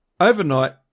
Overnight